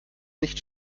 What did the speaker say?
nicht